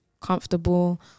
comfortable